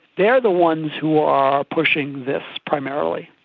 they are the ones who are pushing this primarily.